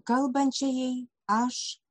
kalbančiajai aš